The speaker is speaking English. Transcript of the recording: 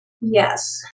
Yes